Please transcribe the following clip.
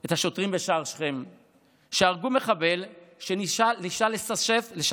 את השוטרים בשער שכם שהרגו מחבל שניסה לשסף